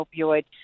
opioid